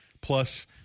Plus